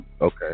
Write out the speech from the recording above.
Okay